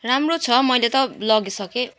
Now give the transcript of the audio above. राम्रो छ मैले त लगिसके